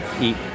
eat